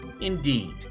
Indeed